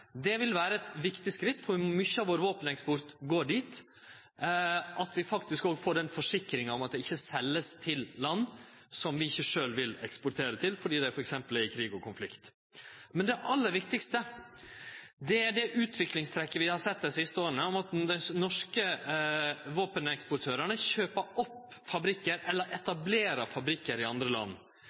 Det vil vere eit viktig steg – for mykje av våpeneksporten vår går dit – at vi faktisk òg får den forsikringa om at det ikkje vert seld til land som vi ikkje sjølv vil eksportere til, fordi dei f.eks. er i krig og konflikt. Men det aller viktigaste er det utviklingstrekket vi har sett dei siste åra med at dei norske våpeneksportørane kjøper opp eller etablerer fabrikkar i andre land: